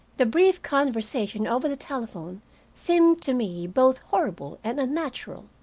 the brief conversation over the telephone seemed to me both horrible and unnatural.